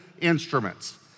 instruments